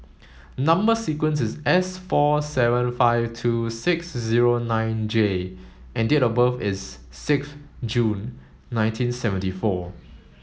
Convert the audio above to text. number sequence is S four seven five two six zero nine J and date of birth is six June nineteen seventy four